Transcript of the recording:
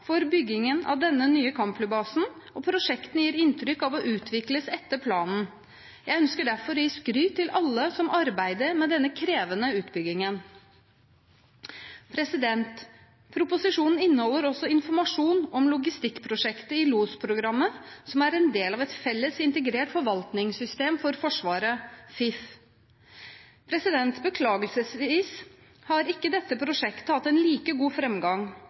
for byggingen av den nye kampflybasen, og prosjektene gir inntrykk av å utvikles etter planen. Jeg ønsker derfor å gi skryt til alle som arbeider med denne krevende utbyggingen. Proposisjonen inneholder også informasjon om Logistikkprosjektet i LOS-programmet, som er en del av et felles integrert forvaltningssystem for Forsvaret, FIF. Beklageligvis har ikke dette prosjektet hatt en like god